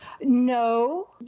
No